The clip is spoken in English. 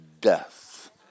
death